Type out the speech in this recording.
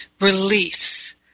release